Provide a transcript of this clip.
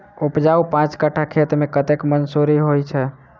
उपजाउ पांच कट्ठा खेत मे कतेक मसूरी होइ छै?